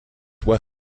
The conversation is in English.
were